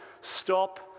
stop